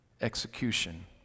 execution